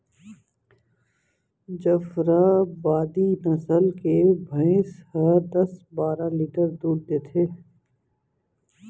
जफराबादी नसल के भईंस ह दस बारा लीटर दूद देथे